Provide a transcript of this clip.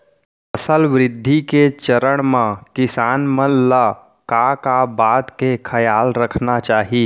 फसल वृद्धि के चरण म किसान मन ला का का बात के खयाल रखना चाही?